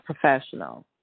professional